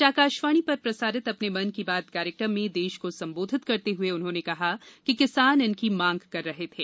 आज आकाशवाणी पर प्रसारित अपने मन की बात कार्यक्रम में देश को संबोधित करते हुए उन्होंने कहा कि किसान इनकी मांग कर रहे थे